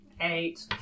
Eight